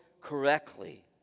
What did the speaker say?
correctly